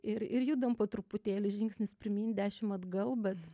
ir ir judame po truputėlį žingsnis pirmyn dešimt atgal bet